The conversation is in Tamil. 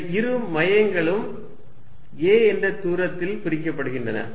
இந்த இரு மையங்களும் a என்ற தூரத்தில் பிரிக்கப்பட்டுள்ளன